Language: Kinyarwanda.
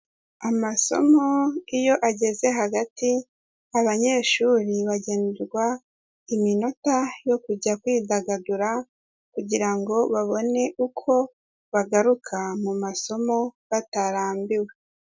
Amasomo iyo ageze hagati abanyeshuri bagenerwa iminota yo kujya kwidagadura kugira ngo babone uko bagaruka mu masomo batarambiwe.